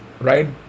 right